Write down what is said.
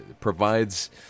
provides